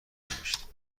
نوشت